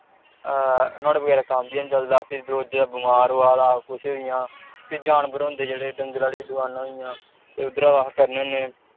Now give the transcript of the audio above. नुआढ़ै बगैरा कम्म गै निं चलदा फिर रोजै दा बमार होआ दा कुछ इ'यां जानबर होंदे जेह्ड़े डंगर आह्ली दकानां होई गेइयां ते उद्धरा दा अस करने होन्ने